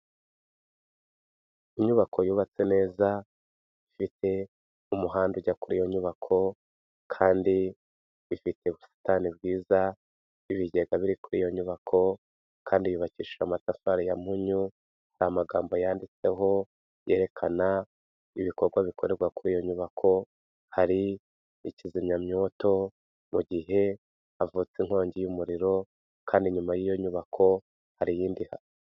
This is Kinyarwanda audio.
Inyubako yubatse neza, ifite n'umuhanda ujya kuri iyo nyubako kandi ifite ubusitani bwiza n'ibigega biri kuri iyo nyubako kandi yubakishije amatafari ya mpunyu, hari amagambo yanditseho yerekana ibikorwa bikorerwa kuri iyo nyubako, hari ikizimyamyoto mu gihe havutse inkongi y'umuriro kandi inyuma y'iyo nyubako hari iyindi ihari.